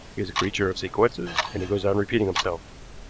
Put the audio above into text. he is a creature of sequences, and he goes on repeating himself.